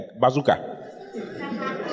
bazooka